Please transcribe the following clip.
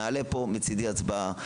נעלה פה מצידי הצבעה,